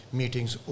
meetings